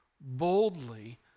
boldly